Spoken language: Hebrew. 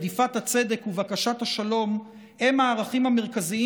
רדיפת הצדק ובקשת השלום הם הערכים המרכזיים